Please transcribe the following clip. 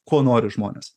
ko nori žmonės